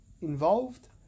involved